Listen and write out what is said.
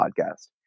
podcast